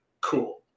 Cool